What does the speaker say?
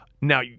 Now